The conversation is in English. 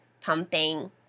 pumping